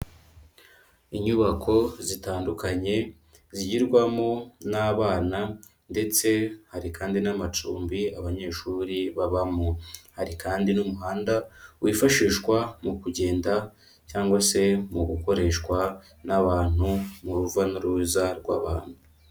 Inyubako zitandukanye zigirwamo n'abana ndetse hari kandi n'amacumbi abanyeshuri babamo, hari kandi n'umuhanda wifashishwa mu kugenda cyangwa se mu gukoreshwa n'abantu mu ruva n'uruza rw'abantu.